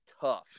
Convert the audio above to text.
tough